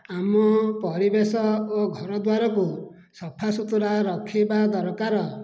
ଆମ ପରିବେଶ ଓ ଘର ଦ୍ୱାରକୁ ସଫାସୁତୁରା ରଖିବା ଦରକାର